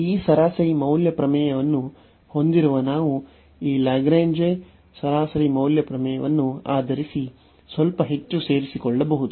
ಈ ಸರಾಸರಿ ಮೌಲ್ಯ ಪ್ರಮೇಯವನ್ನು ಹೊಂದಿರುವ ನಾವು ಈ ಲಾಗ್ರೇಂಜ್ ಸರಾಸರಿ ಮೌಲ್ಯ ಪ್ರಮೇಯವನ್ನು ಆಧರಿಸಿ ಸ್ವಲ್ಪ ಹೆಚ್ಚು ಸೇರಿಸಿಕೊಳ್ಳಬಹುದು